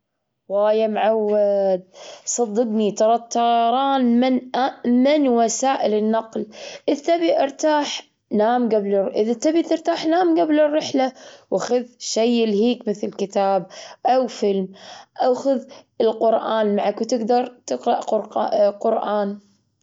واي يا معود، صدقني ترى الطيران من أءمن وسائل النقل. إذ تبي ارتاح نام جبل- إذ تبي ترتاح نام جبل الرحلة، وخذ شي يلهيك مثل كتاب أو فيلم، أو خذ القرآن معك، وتجدر تقرأ قرق- قرآن.